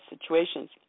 situations